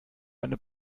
eine